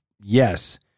yes